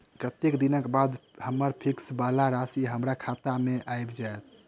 कत्तेक दिनक बाद हम्मर फिक्स वला राशि हमरा खाता मे आबि जैत?